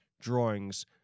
drawings